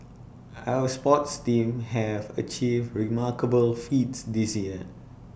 our sports teams have achieved remarkable feats this year